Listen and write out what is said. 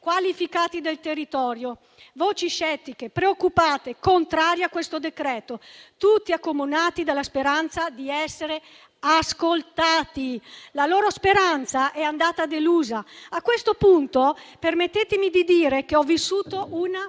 qualificati del territorio: voci scettiche e preoccupate, contrarie a questo decreto-legge, tutti accomunati dalla speranza di essere ascoltati. La loro speranza è andata delusa. A questo punto permettetemi di dire che ho vissuto una